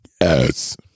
Yes